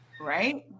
right